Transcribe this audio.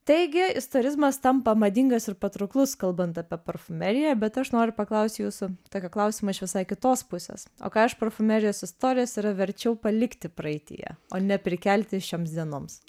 taigi istorizmas tampa madingas ir patrauklus kalbant apie parfumeriją bet aš noriu paklaust jūsų tokio klausimo iš visai kitos pusės o ką iš parfumerijos istorijos yra verčiau palikti praeityje o ne prikelti šioms dienoms